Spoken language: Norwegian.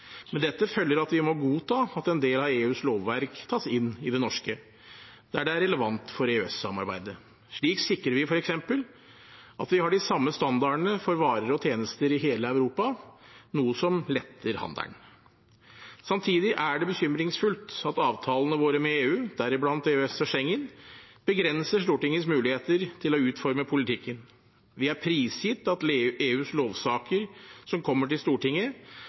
dette følger at vi må godta at en del av EUs lovverk tas inn i det norske der det er relevant for EØS-samarbeidet. Slik sikrer vi f.eks. at vi har de samme standardene for varer og tjenester i hele Europa, noe som letter handelen. Samtidig er det bekymringsfullt at avtalene våre med EU, deriblant EØS og Schengen, begrenser Stortingets muligheter til å utforme politikken. Vi er prisgitt at EUs lovsaker som kommer til Stortinget,